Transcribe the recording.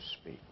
speak